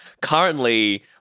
currently